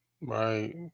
Right